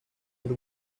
and